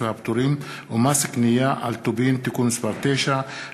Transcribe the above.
והפטורים ומס קנייה על טובין (תיקון מס' 9),